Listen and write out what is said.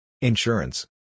Insurance